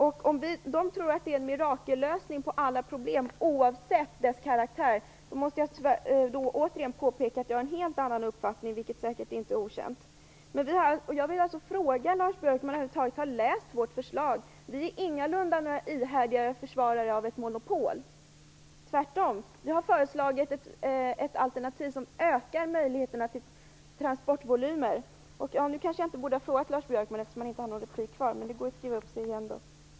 Eftersom de tycks tro att det är en mirakellösning på alla problem oavsett problemets karaktär måste jag tyvärr återigen påpeka att jag är av en helt annan uppfattning, vilket säkert inte är okänt. Jag vill fråga Lars Björkman om han över huvud taget har läst vårt förslag. Vi är ingalunda några ihärdiga försvarare av något monopol. Tvärtom har vi föreslagit ett alternativ som ökar möjligheterna för större transportvolymer. Nu borde jag väl inte ha ställt den här frågan till Lars Björkman eftersom han inte har någon tid kvar.